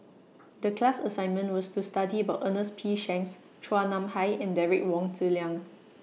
The class assignment was to study about Ernest P Shanks Chua Nam Hai and Derek Wong Zi Liang